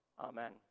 Amen